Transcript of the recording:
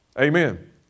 Amen